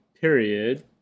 period